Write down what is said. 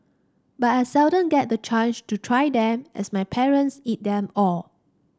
but I seldom get the chance to try them as my parents eat them all